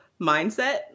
mindset